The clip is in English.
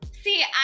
See